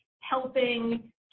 helping